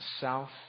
South